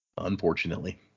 unfortunately